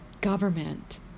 government